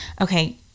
Okay